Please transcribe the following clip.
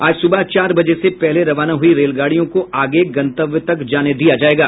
आज सुबह चार बजे से पहले रवाना हुई रेलगाड़ियों को आगे गंतव्य तक जाने दिया जाएगा